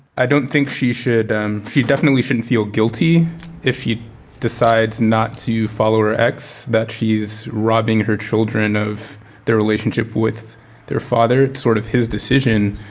i don't think she should. um she definitely shouldn't feel guilty if you decides not to follow her ex that she is robbing her children of their relationship with their father it's sort of his decision.